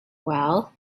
well